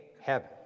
heaven